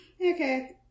Okay